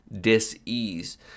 dis-ease